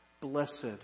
Blessed